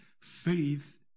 faith